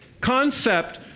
concept